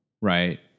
right